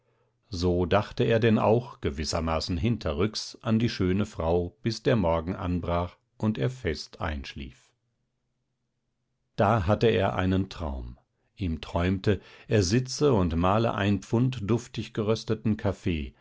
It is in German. so dachte er denn auch gewissermaßen hinterrücks an die schöne frau bis der morgen anbrach und er fest einschlief da hatte er einen traum ihm träumte er sitze und mahle ein pfund duftig gerösteten kaffee